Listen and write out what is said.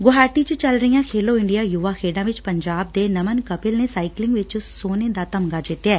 ਗੁਹਾਟੀ ਚ ਚੱਲ ਰਹੀਆਂ ਖੇਲੋ ਇੰਡੀਆ ਯੁਵਾ ਖੇਡਾਂ ਵਿਚ ਪੰਜਾਬ ਦੇ ਨਮਨ ਕਪਿਲ ਨੇ ਸਾਈਕਲਿੰਗ ਵਿਚ ਸੋਨੇ ਦਾ ਤਮਗਾ ਜਿੱਤਿਐ